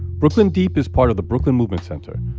brooklyn deep is part of the brooklyn movement center,